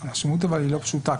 אבל המשמעות היא לא פשוטה,